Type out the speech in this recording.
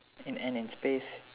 in end in space